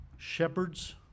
Shepherds